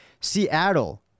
Seattle